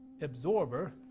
absorber